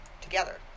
together